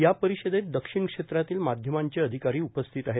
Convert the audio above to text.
या परिषदेत दक्षिण क्षेत्रातील माध्यमांचे अधिकारी उपस्थित आहेत